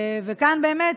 כאן באמת,